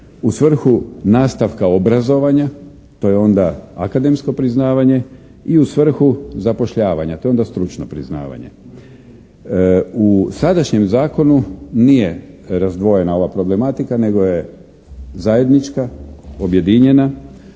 U svrhu nastavka obrazovanja, to je onda akademsko priznavanje i u svrhu zapošljavanja, to je onda stručno priznavanje. U sadašnjem zakonu nije razdvojena ova problematika nego je zajednička, objedinjena,